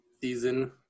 season